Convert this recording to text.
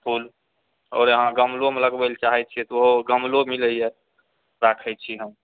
फूल आओर अहाँ गमलोमे लगबै ले चाहैत छियै तऽ ओहो गमलो मिलैया राखैत छी हम